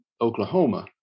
Oklahoma